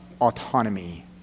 autonomy